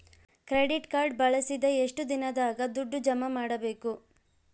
Credit card ಬಳಸಿದ ಎಷ್ಟು ದಿನದಾಗ ದುಡ್ಡು ಜಮಾ ಮಾಡ್ಬೇಕು?